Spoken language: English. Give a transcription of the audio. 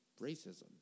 racism